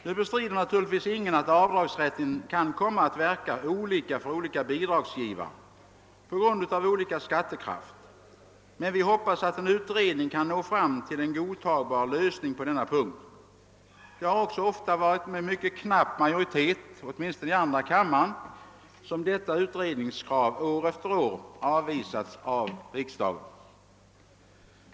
Nu bestrider naturligtvis ingen att avdragsrätten kan komma att verka olika för olika bidragsgivare på grund av olika skattekraft, men vi hoppas att en utredning kan finna en godtagbar lösning på den punkten. Det har också ofta varit med mycket knapp majoritet, åtminstone i andra kammaren, som detta utredningskrav år efter år har avvisats av riksdagen.